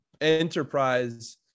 enterprise